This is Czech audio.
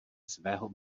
svého